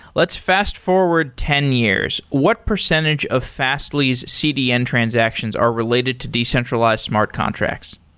let's fast-forward ten years. what percentage of fastly's cdn transactions are related to decentralized smart contracts.